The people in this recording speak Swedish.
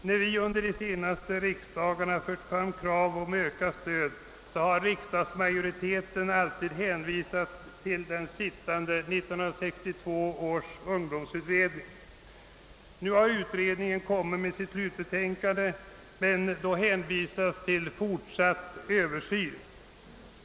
När vi under de senaste riksdagarna krävt ökat stöd har riksdagsmajoriteten hänvisat till 1962 års ungdomsutredning. Denna utredning har nu framlagt sitt slutbetänkande, men då hänvisas i stället till fortsatt översyn.